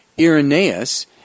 Irenaeus